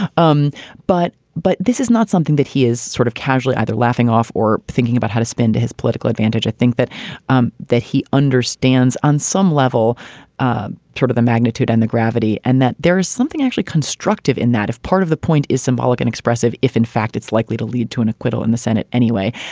um but but this is not something that he is sort of casually. laughing off or thinking about how to spend to his political advantage, i think that um that he understands on some level um sort of the magnitude and the gravity and that there is something actually constructive in that. if part of the point is symbolic in expressive. if in fact it's likely to lead to an acquittal in the senate anyway.